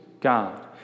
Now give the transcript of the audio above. God